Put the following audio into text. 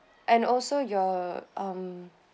and also your um